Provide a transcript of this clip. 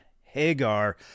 Hagar